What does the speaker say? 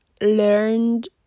learned